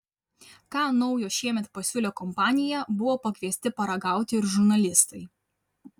ką naujo šiemet pasiūlė kompanija buvo pakviesti paragauti ir žurnalistai